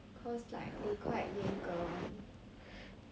cause like they quite 严格 [one]